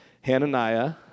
Hananiah